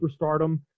superstardom